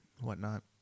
whatnot